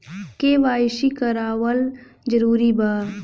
KYC करवावल जरूरी बा?